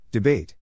Debate